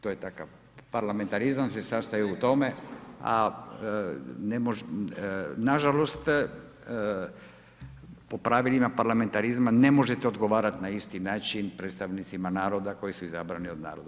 To je takav parlamentarizam se sastoji u tome, a nažalost, po pravilima parlamentarizma, ne možete odgovarati na isti način predstavnicima naroda, koji su izabrani od naroda.